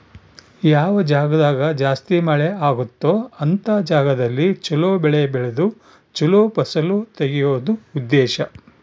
ಯಾವ ಜಾಗ್ದಾಗ ಜಾಸ್ತಿ ಮಳೆ ಅಗುತ್ತೊ ಅಂತ ಜಾಗದಲ್ಲಿ ಚೊಲೊ ಬೆಳೆ ಬೆಳ್ದು ಚೊಲೊ ಫಸಲು ತೆಗಿಯೋದು ಉದ್ದೇಶ